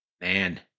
Man